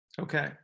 Okay